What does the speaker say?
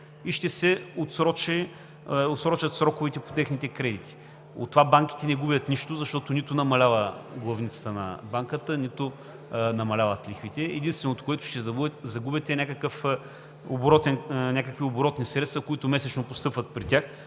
и ще се отсрочат сроковете по техните кредити. От това банките не губят нищо, защото нито намалява главницата, нито намаляват лихвите. Единственото, което ще загубят, са някакви оборотни средства, които месечно постъпват при тях,